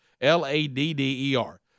L-A-D-D-E-R